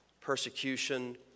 persecution